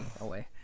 away